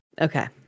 Okay